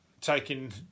taking